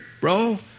bro